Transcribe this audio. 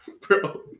bro